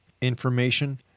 information